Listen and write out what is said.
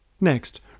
Next